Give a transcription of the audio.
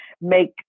make